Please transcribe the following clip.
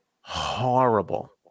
horrible